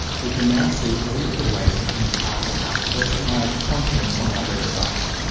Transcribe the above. we can now see all of the ways we can target our personalized content on our website.